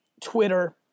Twitter